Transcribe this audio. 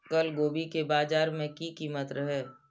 कल गोभी के बाजार में की कीमत रहे?